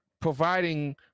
providing